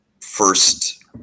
first